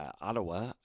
Ottawa